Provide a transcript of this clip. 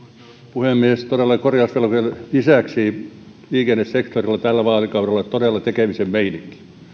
puhemies todella korjausvelkojen lisäksi liikennesektorilla on tällä vaalikaudella todella tekemisen meininki